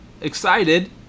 excited